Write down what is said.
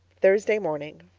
thursday morning